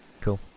Cool